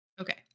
Okay